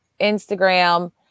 Instagram